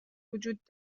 وجود